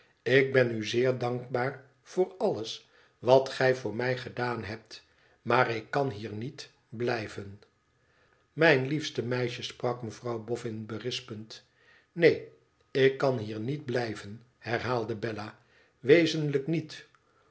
ik ben u zeer dankbaar voor alles wat gij voor mij gedaan hebt maar ik kan hier niet blijven mijn liefste meisje sprak mevrouw boffin berispend neen ik kan hier niet blijven herhaalde bella wezenlijk niet